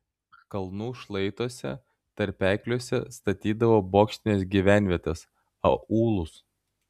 kalnų šlaituose tarpekliuose statydavo bokštines gyvenvietes aūlus